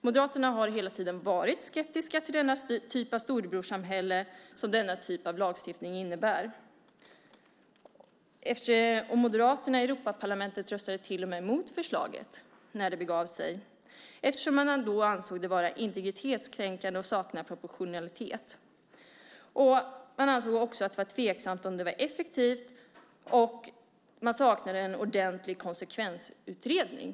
Moderaterna har hela tiden varit skeptiska till det slags storebrorssamhälle som denna typ av lagstiftning innebär. Moderaterna i Europaparlamentet röstade till och med emot förslaget när det begav sig, eftersom de ansåg det vara integritetskränkande och sakna proportionalitet. De ansåg att det var tveksamt om förslaget var effektivt, och dessutom saknades en ordentlig konsekvensutredning.